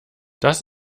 das